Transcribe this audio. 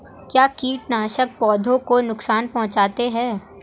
क्या कीटनाशक पौधों को नुकसान पहुँचाते हैं?